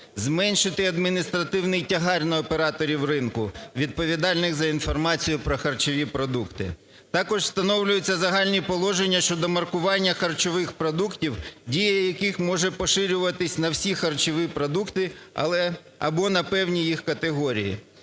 зменшити адміністративний тягар на операторів ринку, відповідальних за інформацію про харчові продукти. Також встановлюються загальні положення щодо маркування харчових продуктів, дія яких може поширюватись на всі харчові продукти або на певні їх категорії.